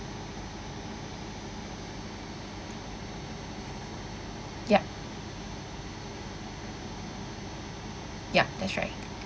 yup ya that's right